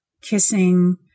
kissing